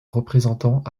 représentant